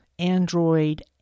Android